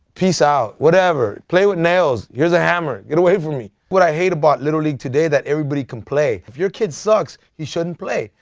peace out whatever play with nails, here's a hammer get away from me. what i hate about little league today is that everybody can play. if your kid sucks he shouldn't play.